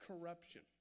corruption